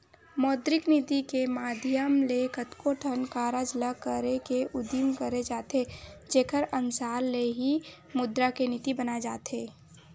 मौद्रिक नीति के माधियम ले कतको ठन कारज ल करे के उदिम करे जाथे जेखर अनसार ले ही मुद्रा के नीति बनाए जाथे